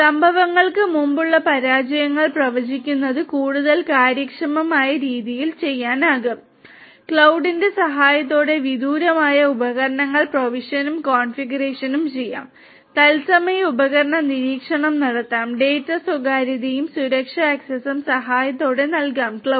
സംഭവങ്ങൾക്ക് മുമ്പുള്ള പരാജയങ്ങൾ പ്രവചിക്കുന്നത് കൂടുതൽ കാര്യക്ഷമമായ രീതിയിൽ ചെയ്യാനാകും ക്ലൌഡിന്റെ സഹായത്തോടെ വിദൂരമായി ഉപകരണ പ്രൊവിഷനും കോൺഫിഗറേഷനും ചെയ്യാം തത്സമയ ഉപകരണ നിരീക്ഷണം നടത്താം ഡാറ്റ സ്വകാര്യതയും സുരക്ഷാ ആക്സസും സഹായത്തോടെ നൽകാം മേഘം